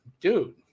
Dude